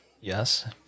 Yes